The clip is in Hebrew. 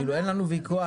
כאילו אין לנו ויכוח,